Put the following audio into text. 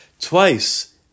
twice